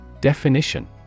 Definition